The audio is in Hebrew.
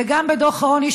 וגם בדוח העוני,